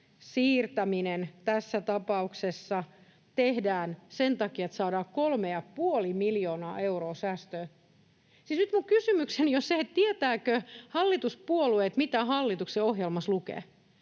siirtäminen tässä tapauksessa tehdään sen takia, että saadaan 3,5 miljoonaa euroa säästöön. Siis nyt minun kysymykseni on se, tietävätkö hallituspuolueet, mitä hallituksen ohjelmassa lukee.